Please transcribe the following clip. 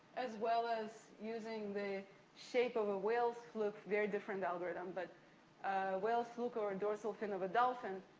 as well as using the shape of a whale's fluke. very different algorithm. but, a whale's fluke or a and dorsal fin of a dolphin.